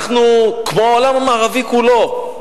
אנחנו, כמו העולם המערבי כולו,